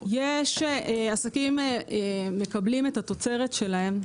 עסקים מקבלים את התוצרת שלהם,